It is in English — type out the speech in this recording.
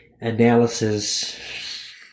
analysis